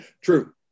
True